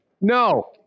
No